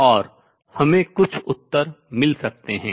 और हमें कुछ उत्तर मिल सकते हैं